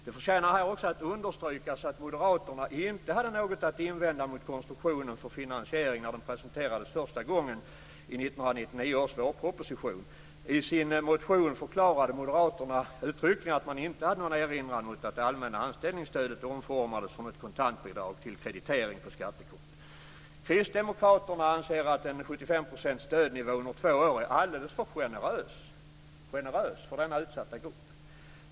Det förtjänar här att understrykas att moderaterna inte hade något att invända mot konstruktionen för finansiering när den presenterades första gången i 1999 års vårproposition. I sin motion förklarade moderaterna uttryckligen att man inte hade någon erinran mot att det allmänna anställningsstödet omformades från ett kontantbidrag till kreditering på skattekonto. Kristdemokraterna anser att en 75-procentig stödnivå under två år är alldeles för generös för denna utsatta grupp.